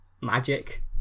magic